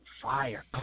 Fire